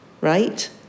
right